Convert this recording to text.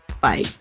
Bye